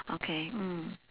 okay mm